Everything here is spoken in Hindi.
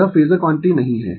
यह फेजर क्वांटिटी नहीं है